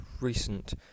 recent